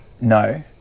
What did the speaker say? No